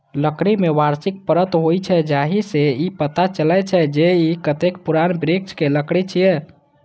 लकड़ी मे वार्षिक परत होइ छै, जाहि सं ई पता चलै छै, जे ई कतेक पुरान वृक्षक लकड़ी छियै